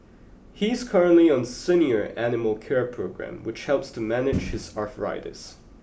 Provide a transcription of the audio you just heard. he is currently on a senior animal care programme which helps to manage his arthritis